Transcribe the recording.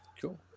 Cool